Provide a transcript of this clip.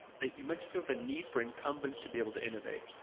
that you mentioned the need for incumbents to be able to innovate.